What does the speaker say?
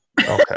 Okay